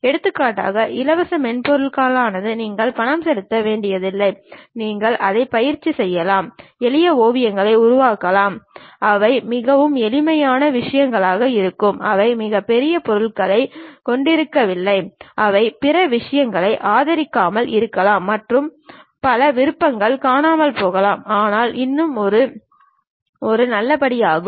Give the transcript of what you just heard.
எடுத்துக்காட்டு இலவச மென்பொருளானது நீங்கள் பணம் செலுத்த வேண்டியதில்லை நீங்கள் அதைப் பயிற்சி செய்யலாம் எளிய ஓவியங்களை உருவாக்கலாம் அவை மிகவும் எளிமையான விஷயங்களாக இருக்கலாம் அவை மிகப் பெரிய பொருள்களைக் கொண்டிருக்கவில்லை அவை பிற விஷயங்களை ஆதரிக்காமல் இருக்கலாம் மற்றும் பல விருப்பங்கள் காணாமல் போகலாம் ஆனால் இன்னும் இது ஒரு நல்ல படியாகும்